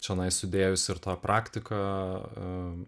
čionai sudėjus ir tą praktiką